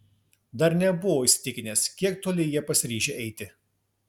dar nebuvau įsitikinęs kiek toli jie pasiryžę eiti